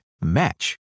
match